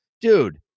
dude